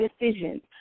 decisions